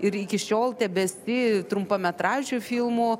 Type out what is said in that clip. ir iki šiol tebesi trumpametražių filmų